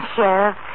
Sheriff